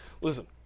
listen